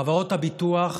חברות הביטוח,